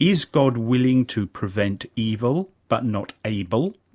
is god willing to prevent evil but not able?